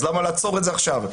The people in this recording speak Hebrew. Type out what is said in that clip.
אז למה לעצור את זה עכשיו?